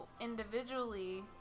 individually